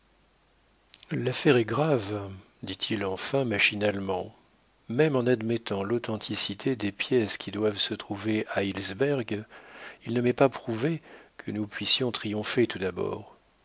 l'affaire est grave dit-il enfin machinalement même en admettant l'authenticité des pièces qui doivent se trouver à heilsberg il ne m'est pas prouvé que nous puissions triompher tout d'abord